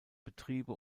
betriebe